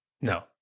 No